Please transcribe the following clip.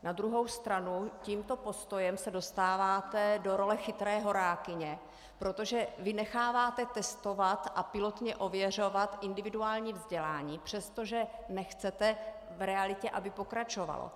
Na druhou stranu tímto postojem se dostáváte do role chytré horákyně, protože vy necháváte testovat a pilotně ověřovat individuální vzdělání, přestože nechcete v realitě, aby pokračovalo.